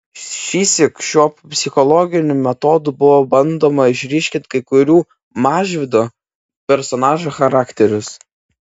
šįsyk šiuo psichologiniu metodu buvo bandoma ryškinti kai kurių mažvydo personažų charakterius